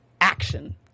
action